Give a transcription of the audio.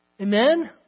Amen